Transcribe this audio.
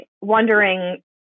wondering